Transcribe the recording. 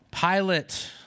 Pilate